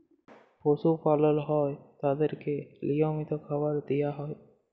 পশু পালল হ্যয় তাদেরকে লিয়মিত খাবার দিয়া হ্যয়